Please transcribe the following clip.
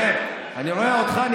נגמרו לך המילים?